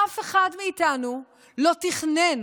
אף אחד מאיתנו לא תכנן